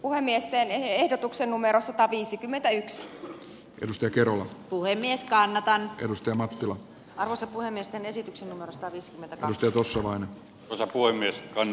puhemiesten ehdotuksen numero sataviisikymmentä edes edusta keruun puhemies ja annetaan kyvystä mattila avasi puhemiesten esityksen vastaavissa tarkastelussa vain osa poimii vain